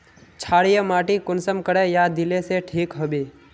क्षारीय माटी कुंसम करे या दिले से ठीक हैबे?